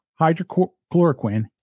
hydrochloroquine